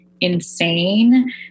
insane